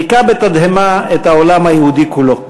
הכה בתדהמה את העולם היהודי כולו.